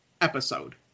episode